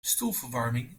stoelverwarming